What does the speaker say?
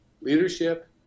Leadership